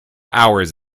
hours